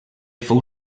fou